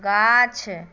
गाछ